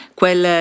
quel